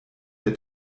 der